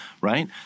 Right